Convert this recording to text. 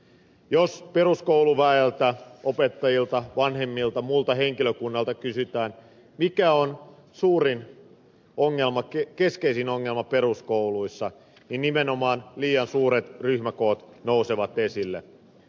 jos peruskouluväeltä opettajilta vanhemmilta muulta henkilökunnalta kysytään mikä on suurin ongelma keskeisin ongelma peruskouluissa niin nimenomaan liian suuret ryhmäkoot nousevat esille